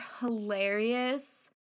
hilarious